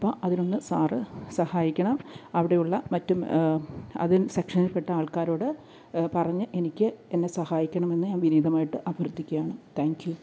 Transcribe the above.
അപ്പോള് അതിനൊന്ന് സാര് സഹായിക്കണം അവിടെയുള്ള മറ്റ് അതി സെക്ഷനിൽ പെട്ട ആൾക്കാരോട് പറഞ്ഞ് എനിക്ക് എന്നെ സഹായിക്കണമെന്ന് ഞാൻ വിനീതമായിട്ട് അഭ്യർത്ഥിക്കുകയാണ് താങ്ക് യു